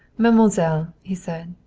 mademoiselle, he said,